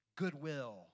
Goodwill